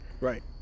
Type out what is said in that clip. Right